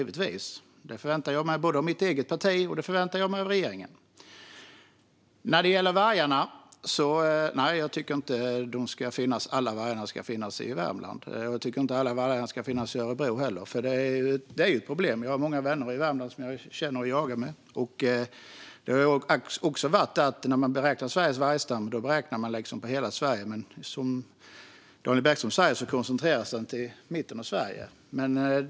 Detta förväntar jag mig både av mitt eget parti och av regeringen. När det gäller vargarna tycker jag inte att alla ska finnas i Värmland. Jag tycker inte att alla ska finnas i Örebro heller, för de innebär problem. Jag har många vänner i Värmland som jag känner och jagar med. När man beräknar Sveriges vargstam har man alltid räknat på hela Sverige, men som Daniel Bäckström säger koncentreras vargen till mitten av Sverige.